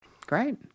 Great